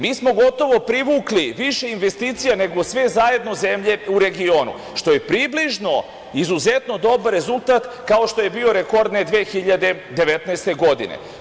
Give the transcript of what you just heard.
Mi smo gotovo privukli više investicija nego sve zajedno zemlje u regionu, što je približno izuzetno dobar rezultat kao što je bio rekordne 2019. godine.